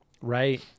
right